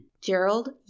Gerald